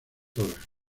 dra